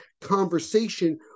conversation